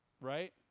right